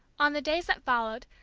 on the days that followed,